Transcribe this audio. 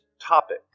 topic